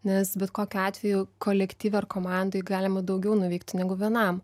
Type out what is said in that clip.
nes bet kokiu atveju kolektyve ar komandoj galima daugiau nuveikti negu vienam